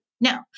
No